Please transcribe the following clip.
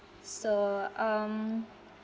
so um